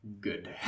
good